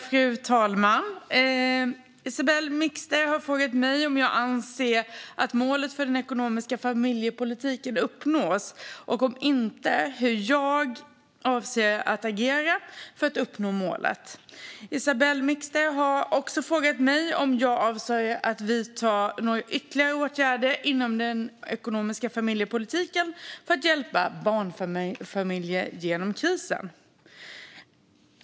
Fru talman! Isabell Mixter har frågat mig om jag anser att målet för den ekonomiska familjepolitiken uppnås och, om inte, hur jag avser att agera för att uppnå målet. Isabell Mixter har också frågat mig om jag avser att vidta några ytterligare åtgärder inom den ekonomiska familjepolitiken för att hjälpa barnfamiljer genom krisen.